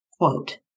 Quote